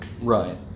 Right